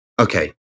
Okay